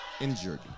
injured